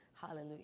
Hallelujah